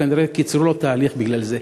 כנראה קיצרו לו את ההליך בגלל זה.